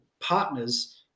partners